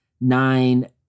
nine